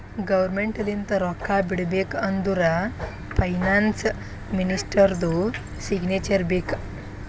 government ಲಿಂತ ರೊಕ್ಕಾ ಬಿಡ್ಬೇಕ ಅಂದುರ್ ಫೈನಾನ್ಸ್ ಮಿನಿಸ್ಟರ್ದು ಸಿಗ್ನೇಚರ್ ಬೇಕ್